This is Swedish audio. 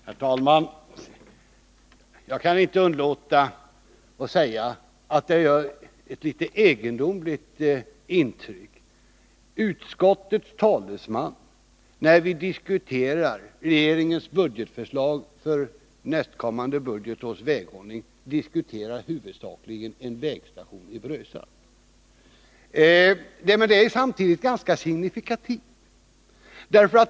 Herr talman! Jag kan inte underlåta att säga att det gör ett egendomligt intryck att utskottets talesman när vi diskuterar utskottets budgetförslag för nästa budgetårs väghållning huvudsakligen uppehåller sig vid en vägstation i Brösarp. Det är samtidigt signifikativt.